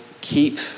keep